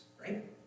Right